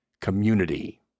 community